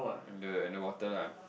the underwater lah